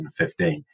2015